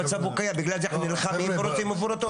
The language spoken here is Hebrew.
המצב הוא קיים בגלל זה אנחנו נלחמים ורוצים מפורטות.